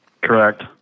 Correct